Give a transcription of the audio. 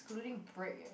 including break eh